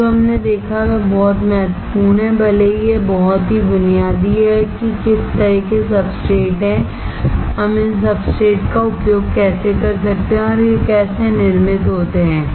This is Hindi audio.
आज जो हमने देखा है वह बहुत महत्वपूर्ण है भले ही यह बहुत ही बुनियादी है कि किस तरह के सबस्ट्रेट्स हैं हम इन सबस्ट्रेट्स का उपयोग कैसे कर सकते हैं और ये कैसे निर्मित होते हैं